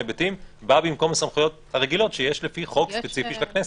היבטים באות במקום הסמכויות הרגילות שיש לפי חוק ספציפי של הכנסת.